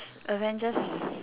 Avengers